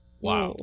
wow